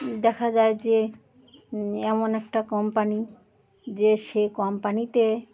দেখা যায় যে এমন একটা কোম্পানি যে সে কোম্পানিতে